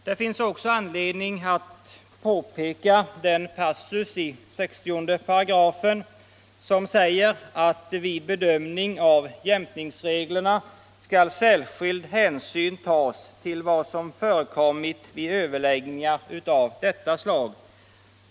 Det finns också anledning att påminna om den passus i 60 § som säger att vid bedömning av jämkningsreglerna skall särskild hänsyn tas till vad som förekommit vid överläggningar av detta slag.